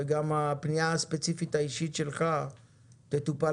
וגם הפנייה הספציפית האישית שלך תטופל